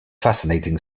fascinating